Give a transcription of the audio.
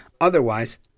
Otherwise